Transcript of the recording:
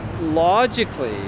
logically